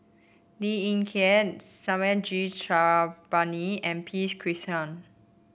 Lee Ling Yen G Sarangapani and P Krishnan